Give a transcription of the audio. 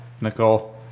Nicole